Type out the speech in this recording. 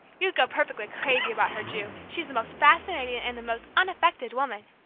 you'd go perfectly crazy about her, ju, she's the most fascinating, and the most unaffected woman!